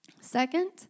Second